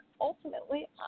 ultimately